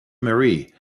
marie